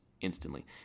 instantly